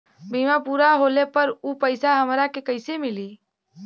बीमा पूरा होले पर उ पैसा हमरा के कईसे मिली?